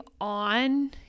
on